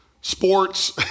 sports